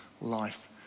life